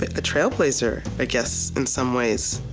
a trailblazer i guess in some ways.